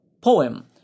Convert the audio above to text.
poem